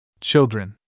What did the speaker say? Children